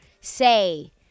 Say